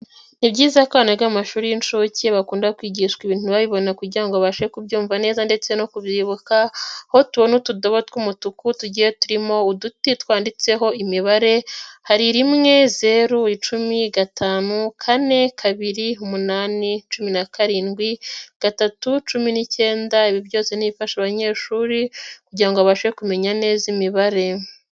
Ni byiza ko k'amashuri y'inshuke bakunda kwigishwa ibintu babibona kugirango abashe kubyumva neza, ndetse no kubyibuka ko tubona utudobo tw'umutuku tugiye turimo uduti twanditseho imibare hari; rimwe ,zeru, icumi, gatanu, kane, kabiri, munani, cumi nakarindwi, gatatu, cumi n'icyenda ibi byose ni ibifasha abanyeshuri kugira ngo babashe kumenya neza imibare.